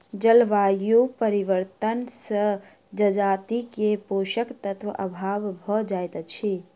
जलवायु परिवर्तन से जजाति के पोषक तत्वक अभाव भ जाइत अछि